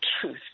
truth